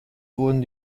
wurden